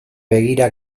begira